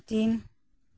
ᱪᱤᱱ